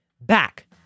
Back